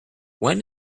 when